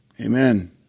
Amen